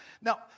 Now